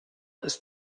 ist